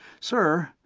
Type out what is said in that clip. sir,